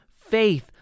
faith